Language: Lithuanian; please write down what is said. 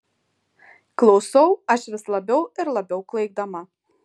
klausau aš vis labiau ir labiau klaikdama